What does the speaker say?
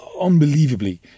unbelievably